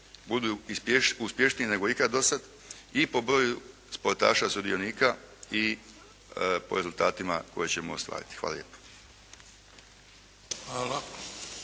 budu uspješnije nego ikada do sada i po broju sportaša sudionika i po rezultatima koje ćemo ostvariti. Hvala lijepo.